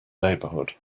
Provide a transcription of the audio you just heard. neighbourhood